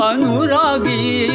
Anuragi